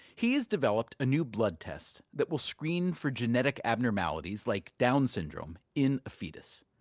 he's developed a new blood test that will screen for genetic abnormalities, like down syndrome, in a fetus.